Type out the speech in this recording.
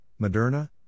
Moderna